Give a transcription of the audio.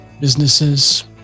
businesses